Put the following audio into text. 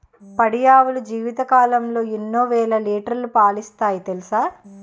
పాడి ఆవులు జీవితకాలంలో ఎన్నో వేల లీటర్లు పాలిస్తాయి తెలుసా